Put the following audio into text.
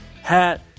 hat